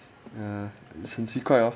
ya 很奇诡 hor